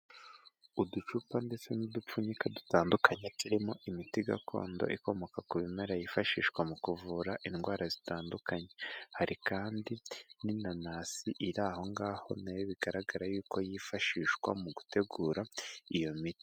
Uducupa ndetse n'udupfunyika dutandukanye turimo imiti gakondo ikomoka ku bimera yifashishwa mu kuvura indwara zitandukanye, hari kandi n'inanasi iri aho ngaho nayo bigaragara yuko yifashishwa mu gutegura iyo miti.